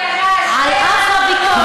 הקם להורגך, השכם להורגו.